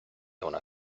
una